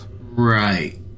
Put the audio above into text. Right